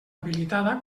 habilitada